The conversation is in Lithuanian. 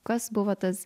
kas buvo tas